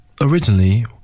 Originally